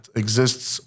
exists